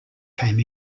came